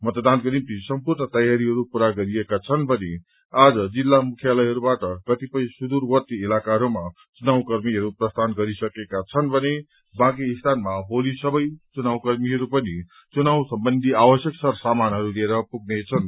मतदानको निम्ति सम्पूर्ण तयारीहरू पूरा गरिएका छन् भने आज जिल्ला मुख्यालयहरूबाट कतिपय सुदूरवर्ती इलाकाहरूमा चुनावकर्मीहरू प्रस्थान गरसिकेका छन् भने बाँकी स्थानमा भोलि सबै चुनावकर्मीहरू पनि चुनाव सम्बन्धी आवश्यक सर सामानहरू लिएर पुग्नेछन्